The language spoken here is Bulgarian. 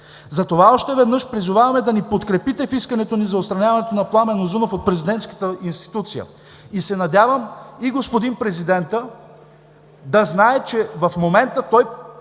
Още веднъж призоваваме да ни подкрепите в искането ни за отстраняването на Пламен Узунов от президентската институция и се надявам, и господин президента да знае, че в момента той